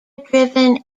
driven